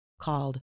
called